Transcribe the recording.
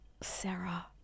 Sarah